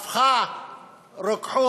היא הפכה רוקחות